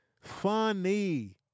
funny